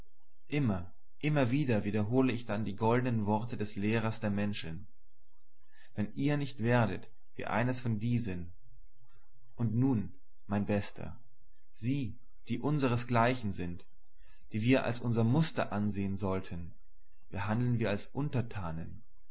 immer immer wiederhole ich dann die goldenen worte des lehrers der menschen wenn ihr nicht werdet wie eines von diesen und nun mein bester sie die unseresgleichen sind die wir als unsere muster ansehen sollten behandeln wir als